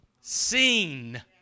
seen